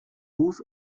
ruß